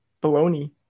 Bologna